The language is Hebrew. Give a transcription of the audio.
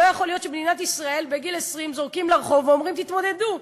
לא יכול להיות שבמדינת ישראל בגיל 20 זורקים לרחוב ואומרים: תתמודדו.